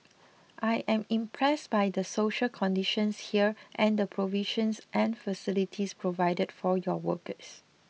I am impressed by the social conditions here and the provisions and facilities provided for your workers